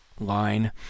line